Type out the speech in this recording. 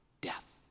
death